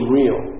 real